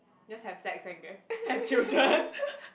just have sex and get have children